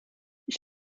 ich